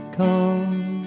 come